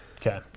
Okay